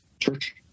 church